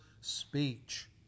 speech